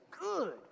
good